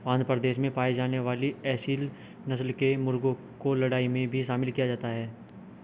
आंध्र प्रदेश में पाई जाने वाली एसील नस्ल के मुर्गों को लड़ाई में भी शामिल किया जाता है